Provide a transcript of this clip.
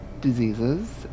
diseases